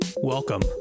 Welcome